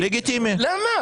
למה?